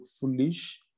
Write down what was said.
foolish